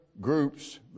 groups